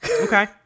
Okay